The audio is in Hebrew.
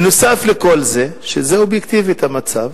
נוסף על כל זה, שזה אובייקטיבית המצב,